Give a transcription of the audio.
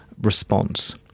response